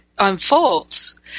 unfolds